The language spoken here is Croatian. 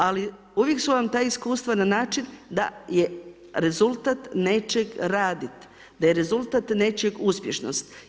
Ali, uvijek su vam ta iskustva na način, a je rezultat nečeg raditi, da je rezultat nečeg uspješnost.